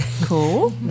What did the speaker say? Cool